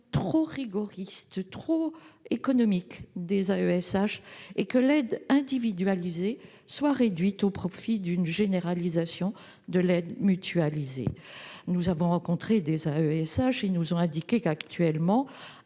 gestion rigoriste, trop économique, des AESH, et que l'aide individualisée ne soit réduite au profit d'une généralisation de l'aide mutualisée. Nous avons rencontré des AESH ; ils nous ont indiqué qu'actuellement,